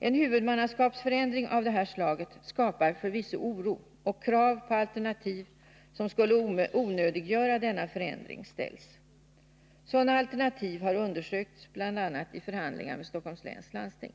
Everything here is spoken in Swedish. En huvudmannaskapsförändring av det här slaget skapar förvisso oro, och krav på alternativ som skulle onödiggöra denna förändring ställs. Sådana alternativ har undersökts, bl.a. i förhandlingar med Stockholms läns landsting.